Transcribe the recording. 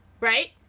right